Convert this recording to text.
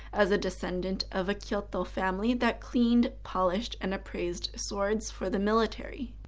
as a descendant of a kyoto family that cleaned, polished and appraised swords for the military.